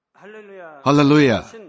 Hallelujah